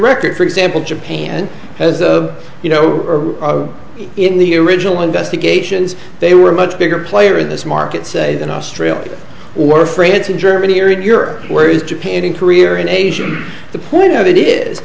record for example japan as you know in the original investigations they were much bigger player in this market say than australia or france or germany or in europe where is japan in career in asia the point of it is